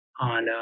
on